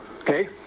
okay